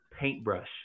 paintbrush